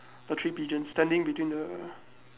the three pigeons standing between the